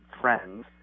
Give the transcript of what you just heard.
friends